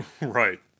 Right